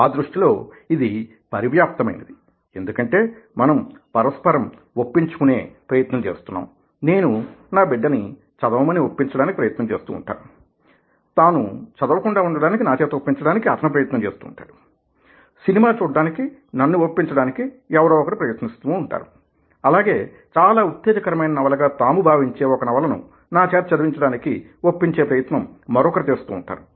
ఆ దృష్టిలో ఇది పరివ్యాప్త మైనది ఎందుకంటే మనం పరస్పరం ఒప్పించుకునే ప్రయత్నం చేస్తున్నాం నేను నా బిడ్డని చదవమని ఒప్పించడానికి ప్రయత్నం చేస్తూ ఉంటాను తాను చదవకుండా ఉండడానికి నా చేత ఒప్పించడానికి అతను ప్రయత్నం చేస్తుంటాడు సినిమా చూడడానికి నన్ను ఒప్పించడానికి ఎవరో ఒకరు ప్రయత్నిస్తూ ఉంటారు అలాగే చాలా ఉత్తేజకరమైన నవలగా తాము భావించే ఒక నవలను నా చేత చదివించడానికి ఒప్పించే ప్రయత్నం మరొకరు చేస్తూ ఉంటారు